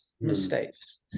mistakes